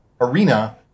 arena